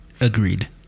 Agreed